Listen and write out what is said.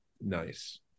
nice